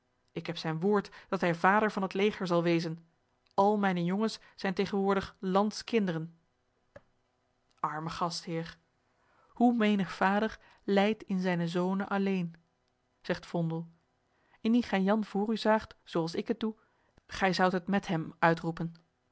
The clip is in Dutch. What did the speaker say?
ik heb zijn woord dat hij vader van het leger zal wezen al mijne jongens zijn tegenwoordig lans kinderen arme gastheer hoe menigh vader lijdt in zijne zone alleen zegt vondel indien gij jan vr u zaagt zoo als ik het doe gij zoudt het met hem uitroepen